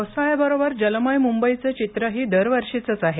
पावसाळ्याबरोबर जलमय मुंबईचं चित्रही दरवर्षीचंच आहे